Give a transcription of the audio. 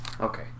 okay